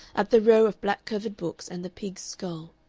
at the row of black-covered books and the pig's skull.